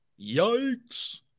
yikes